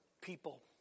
people